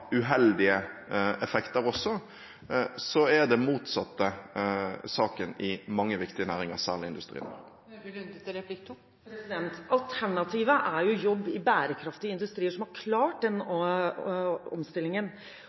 uheldige effekter også, er det motsatte saken i mange viktige næringer, særlig i industrien. Alternativet er jobb i bærekraftige industrier som har klart den omstillingen.